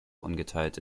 ungeteilte